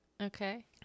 Okay